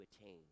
attain